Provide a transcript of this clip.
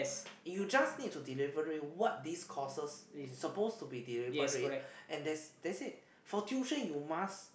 you just need to deliver what this courses suppose to deliver it for tuition you must